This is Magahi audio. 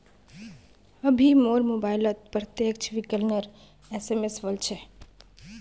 अभी मोर मोबाइलत प्रत्यक्ष विकलनेर एस.एम.एस वल छ